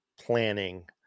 planning